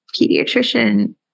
pediatrician